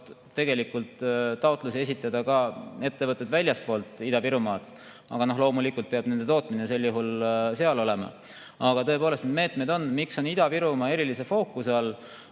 saavad taotlusi esitada ka ettevõtted väljastpoolt Ida-Virumaad, loomulikult peab nende tootmine sel juhul seal olema. Aga tõepoolest, neid meetmeid on. Põhjus, miks on Ida-Virumaa erilise fookuse all,